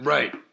Right